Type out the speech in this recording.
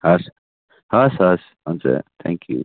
हवस् हवस् हवस् हुन्छ थ्याङ्क यु